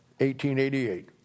1888